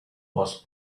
was